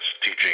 teaching